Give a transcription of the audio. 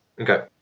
Okay